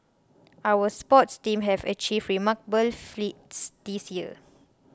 our sports teams have achieved remarkable feats this year